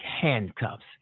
handcuffs